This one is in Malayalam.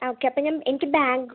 ഓക്കെ അപ്പോൾ ഞാൻ എനിക്ക് ബാങ്ക്